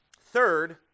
Third